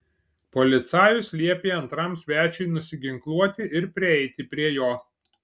policajus liepė antram svečiui nusiginkluoti ir prieiti prie jo